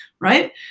right